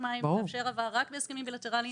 השמים ולאפשר רק הבאה בהסכמים בילטרליים.